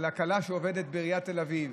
של הכלה שעובדת בעיריית תל אביב